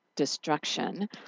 destruction